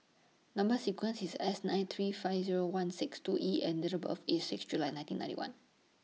Number sequence IS S nine three five Zero one six two E and Date of birth IS six July nineteen ninety one